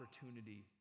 opportunity